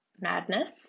madness